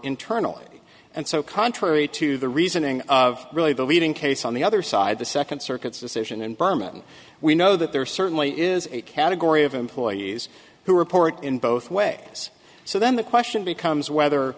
internally and so contrary to the reasoning of really believing case on the other side the second circuit's decision and berman we know that there certainly is a category of employees who report in both way so then the question becomes whether